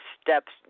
steps